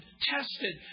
tested